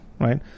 right